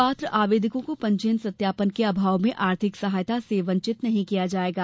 पात्र आवेदकों को पंजीयन सत्यापन के अभाव में आर्थिक सहायता से वंचित नहीं किया जायेगा